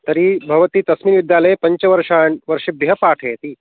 तर्हि भवती तस्मिन् विद्यालये पञ्चवर्षान् वर्षेभ्यः पाठयति